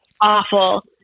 awful